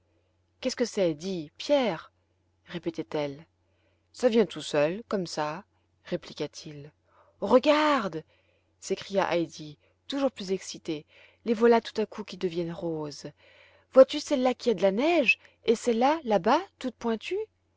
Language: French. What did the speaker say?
qu'est-ce que c'est dis pierre répétait-elle ça vient tout seul comme ça répliqua-t-il oh regarde s'écria heidi toujours plus excitée les voilà tout à coup qui deviennent roses vois-tu celle-là qui a de la neige et celle-là là-bas toute pointue